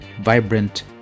vibrant